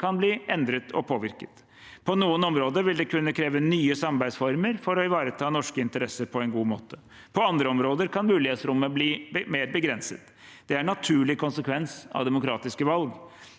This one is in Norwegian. kan bli endret og påvirket. På noen områder vil det kunne kreve nye samarbeidsformer for å ivareta norske interesser på en god måte. På andre områder kan mulighetsrommet bli mer begrenset. Det er en naturlig konsekvens av demokratiske valg,